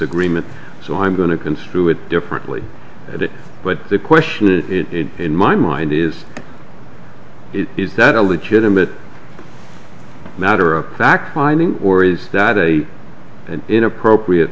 agreement so i'm going to construe it differently at it but the question is it in my mind is it is that a legitimate matter of fact finding or is that a an inappropriate